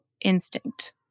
instinct